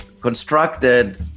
constructed